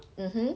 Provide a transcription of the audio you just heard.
mmhmm